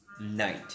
night